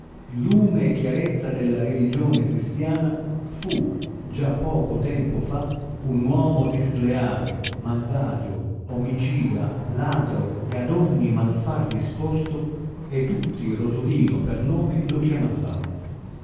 lume e chiarezza della religione cristiana fu già poco tempo fa un uomo disleale malvagio omicida ladro e ad ogni malfar disposto e tutti rosolino per nome lo chiamavano